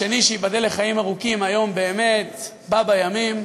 השני, שייבדל לחיים ארוכים, היום באמת בא בימים.